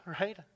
right